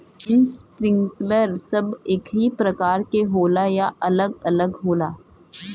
Sprinkler सब एकही प्रकार के होला या अलग अलग होला?